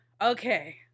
okay